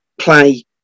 play